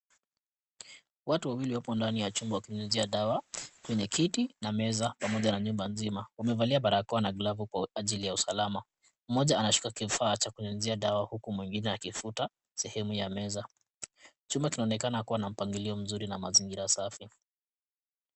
Watu wawili wapo ndani ya chumba wakinyunyuzia dawa kwenye kiti na meza pamoja na nyumba nzima, wamevalia barakoa na glavu kwa ajili ya usalama, mmoja anashika kifaa cha kunyunyizia dawa, huku mwingine akifuta sehemu ya meza, chumba kinaonekana kuwa na mpangilio mzuri na mazingira safi.